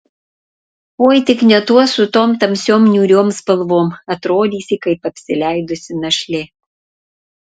oi tik ne tuos su tom tamsiom niūriom spalvom atrodysi kaip apsileidusi našlė